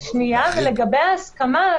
לגבי ההסכמה,